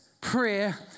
prayer